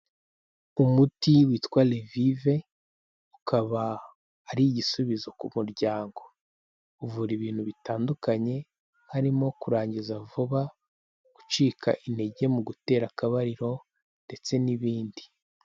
Umuti witwa Revive ukaba ari igisubizo ku muryango, uvura ibintu bitandukanye harimo kurangiza vuba, gucika intege mu gutera akabariro ndetse n'ibindi.